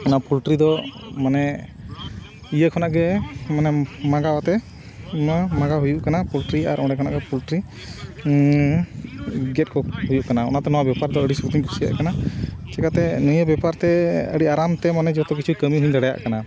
ᱚᱱᱟ ᱯᱳᱞᱴᱨᱤ ᱫᱚ ᱢᱟᱱᱮ ᱤᱭᱟᱹ ᱠᱷᱚᱱᱟᱜ ᱜᱮ ᱢᱟᱱᱮ ᱢᱟᱜᱟᱣ ᱟᱛᱮᱫ ᱚᱱᱟ ᱢᱟᱜᱟᱣ ᱦᱩᱭᱩᱜ ᱠᱟᱱᱟ ᱯᱳᱞᱴᱨᱤ ᱟᱨ ᱚᱸᱰᱮ ᱠᱷᱚᱱᱟᱜ ᱜᱮ ᱯᱳᱞᱴᱨᱤ ᱜᱮᱛ ᱠᱚ ᱦᱩᱭᱩᱜ ᱠᱟᱱᱟ ᱚᱱᱟᱛᱮ ᱱᱚᱣᱟ ᱵᱮᱯᱟᱨ ᱫᱚ ᱟᱹᱰᱤ ᱥᱩᱠᱤᱧ ᱠᱩᱥᱤᱭᱟᱜ ᱠᱟᱱᱟ ᱪᱤᱠᱟᱹᱛᱮ ᱱᱤᱭᱟᱹ ᱵᱮᱯᱟᱨ ᱛᱮ ᱟᱹᱰᱤ ᱟᱨᱟᱢ ᱛᱮ ᱢᱟᱱᱮ ᱡᱚᱛᱚ ᱠᱤᱪᱷᱩ ᱠᱟᱹᱢᱤ ᱦᱚᱸᱧ ᱫᱟᱲᱮᱭᱟᱜ ᱠᱟᱱᱟ